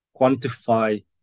quantify